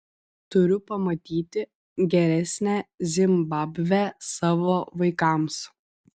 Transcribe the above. turiu pamatyti geresnę zimbabvę savo vaikams